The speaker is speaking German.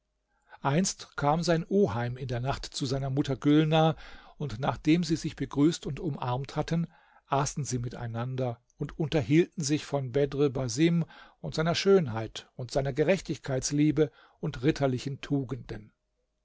einst kam sein oheim in der nacht zu seiner mutter gülnar und nachdem sie sich begrüßt und umarmt hatten aßen sie miteinander und unterhielten sich von bedr basim und seiner schönheit und seiner gerechtigkeitsliebe und ritterlichen tugenden